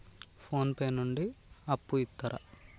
Phone pay నుండి అప్పు ఇత్తరా?